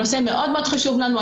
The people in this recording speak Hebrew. הנושא מאוד מאוד חשוב לנו.